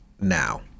now